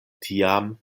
tiam